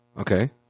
Okay